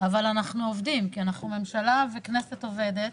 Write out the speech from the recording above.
אבל אנחנו עובדים, כי אנחנו ממשלה וכנסת עובדת,